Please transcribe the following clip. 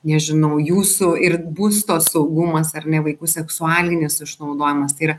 nežinau jūsų ir būsto saugumas ar vaikų seksualinis išnaudojimas tai yra